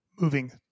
moving